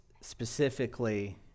specifically